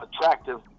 attractive